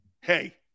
Hey